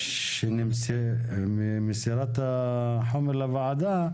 ממסירת החומר לוועדה,